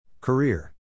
Career